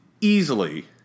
easily